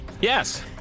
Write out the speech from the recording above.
Yes